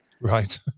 right